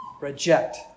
reject